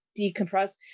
decompress